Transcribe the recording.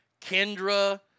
Kendra